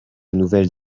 nouvelles